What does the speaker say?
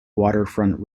waterfront